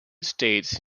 states